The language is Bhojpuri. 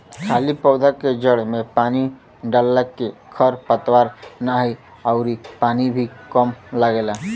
खाली पौधा के जड़ में पानी डालला के खर पतवार नाही अउरी पानी भी कम लगेला